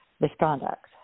misconduct